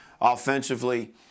Offensively